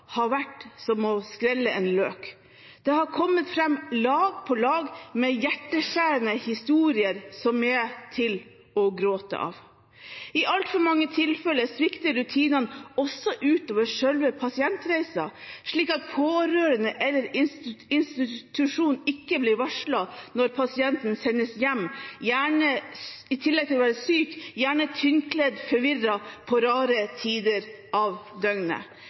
har vært som å skrelle en løk: Det har kommet fram lag på lag med hjerteskjærende historier som er til å gråte av. I altfor mange tilfeller svikter rutinene også utover selve pasientreisen ved at pårørende eller institusjonen ikke blir varslet når pasienten sendes hjem, gjerne – i tillegg til å være syk – tynnkledd, forvirret og til rare tider av døgnet.